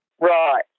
Right